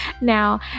Now